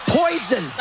poison